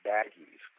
Baggies